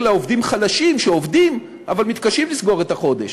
לעובדים חלשים שעובדים אבל מתקשים לסגור את החודש.